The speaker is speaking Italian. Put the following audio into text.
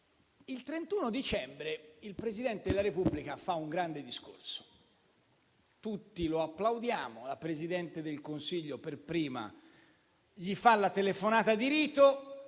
il 31 dicembre il Presidente della Repubblica fa un grande discorso. Tutti lo applaudiamo e la Presidente del Consiglio per prima gli fa la telefonata di rito.